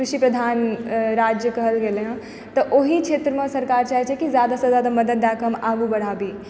कृषि प्रधान राज्य कहल गेल हँ तऽ ओहि क्षेत्रमे सरकार चाहैत छै कि जादासँ जादा मदति दए कऽ हम आगू बढ़ाबी